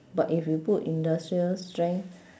but if you put industrial strength